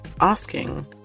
asking